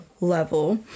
level